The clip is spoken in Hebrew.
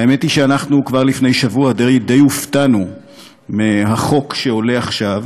האמת היא שאנחנו כבר לפני שבוע די הופתענו מהחוק שעולה עכשיו.